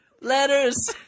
Letters